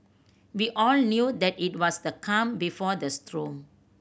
we all knew that it was the calm before the storm